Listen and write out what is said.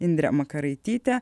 indre makaraityte